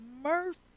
mercy